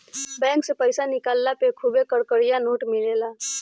bank से पईसा निकलला पे खुबे कड़कड़िया नोट मिलेला